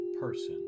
person